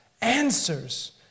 answers